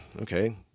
okay